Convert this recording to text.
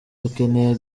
dukeneye